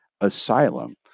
asylum